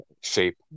shape